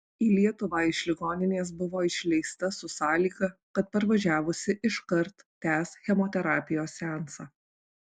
į lietuvą iš ligoninės buvo išleista su sąlyga kad parvažiavusi iškart tęs chemoterapijos seansą